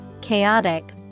chaotic